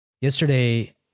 Yesterday